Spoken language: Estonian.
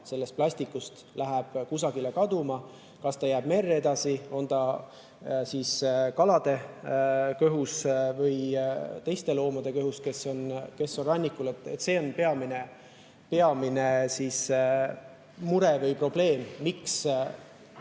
sellest plastikust läheb kusagile kaduma. See jääb kas merre edasi või on kalade kõhus või teiste loomade kõhus, kes on rannikul. See on peamine mure või probleem, miks